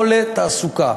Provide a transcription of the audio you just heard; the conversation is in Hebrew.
או לתעסוקה.